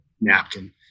napkin